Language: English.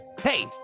hey